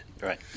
right